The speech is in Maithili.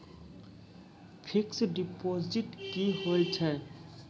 फिक्स्ड डिपोजिट की होय छै?